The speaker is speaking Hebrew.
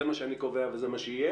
זה מה שאני קובע וזה מה שיהיה?